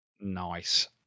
Nice